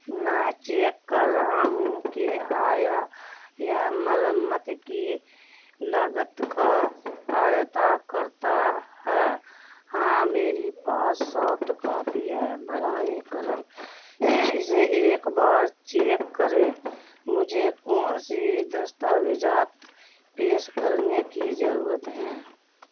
میں چیک کر رہا ہوں کہ آیا یہ مرمت کی لاگت کا آیتا کرتا ہے ہاں میری پاس سافٹ کاپی ہے براہ کرم اسے ایک بار چیک کریں مجھے کون سی دستاویزات پیش کرنے کی ضرورت ہیں